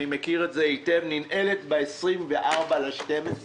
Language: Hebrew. אני מכיר את זה היטב ננעלת ב-24 לדצמבר.